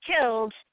killed